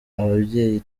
ababyeyi